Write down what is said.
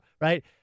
right